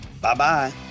Bye-bye